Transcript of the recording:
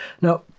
Now